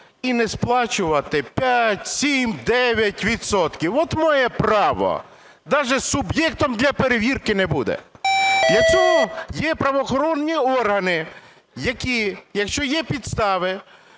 і сплачувати 5, 7, 9 відсотків. От має право, даже суб'єктом для перевірки не буде! Для цього є правоохоронні органи, які, якщо є підстави,